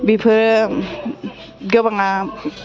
बेफोरो गोबाङा